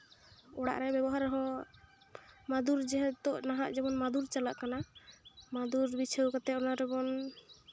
ᱚᱲᱟᱜ ᱨᱮ ᱵᱮᱵᱚᱦᱟᱨ ᱨᱮᱦᱚᱸ ᱢᱟᱫᱩᱨ ᱡᱮ ᱱᱤᱛᱚᱜ ᱱᱟᱦᱟᱜ ᱡᱮᱢᱚᱱ ᱢᱟᱫᱩᱨ ᱪᱟᱞᱟᱜ ᱠᱟᱱᱟ ᱢᱟᱫᱩᱨ ᱵᱤᱪᱷᱟᱹᱣ ᱠᱟᱛᱮ ᱚᱱᱟ ᱨᱮᱵᱚᱱ